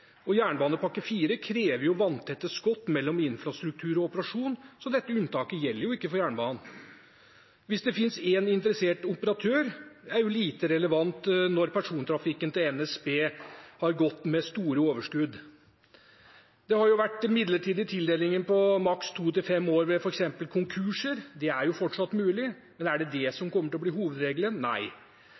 og jernbanepakke IV krever vanntette skott mellom infrastruktur og operasjon, så dette unntaket gjelder jo ikke for jernbanen. Hvis det finnes én interessert operatør, er det lite relevant når persontrafikken til NSB har gått med store overskudd. Det har vært midlertidige tildelinger på maks to til fem år ved f.eks. konkurser. Det er fortsatt mulig, men er det det som kommer til å bli hovedregelen?